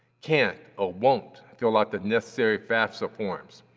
can't or won't fill out the necessary fafsa forms.